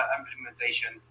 implementation